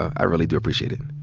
i really do appreciate it.